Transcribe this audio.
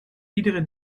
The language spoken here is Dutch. iedere